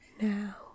now